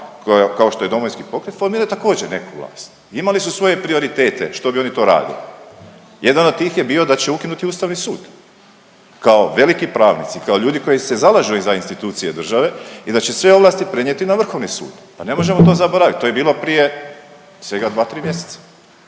kao što je DP formirati također neku vlast. Imali su svoje prioritete što bi oni to radili, jedan od tih je bio da će ukinuti Ustavni sud kao veliki pravnici kao ljudi koji se zalažu za institucije države i da će sve ovlasti prenijeti na vrhovni sud, pa ne možemo to zaboravit, to je bilo prije svega dva, tri mjeseca,